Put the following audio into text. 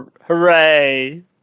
Hooray